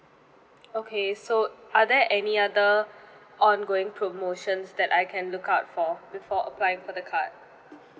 okay so are there any other ongoing promotions that I can look out for before applying for the card